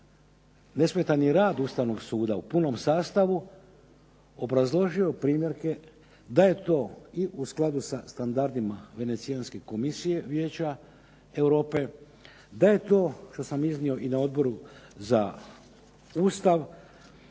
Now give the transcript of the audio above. nesmetani rad Ustavnog suda u punom sastavu obrazložio primjerke da je to i u skladu sa standardima Venecijanske komisije Vijeća Europe da je to što sam iznio na Odboru za Ustav,